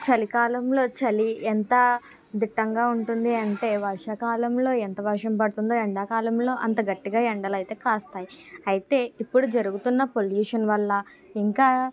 చలికాలంలో చలి ఎంత దిట్టంగా ఉంటుంది అంటే వర్షాకాలంలో ఎంత వర్షం పడుతుందో ఎండాకాలంలో అంత గట్టిగా ఎండలయితే కాస్తాయి అయితే ఇప్పుడు జరుగుతున్న పొల్యూషన్ వల్ల ఇంకా